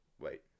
Wait